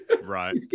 Right